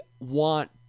want